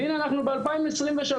והנה אנחנו בשנת 2023,